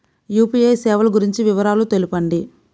UPI సేవలు గురించి వివరాలు తెలుపండి?